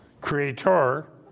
Creator